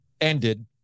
ended